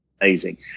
amazing